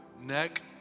neck